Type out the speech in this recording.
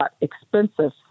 expensive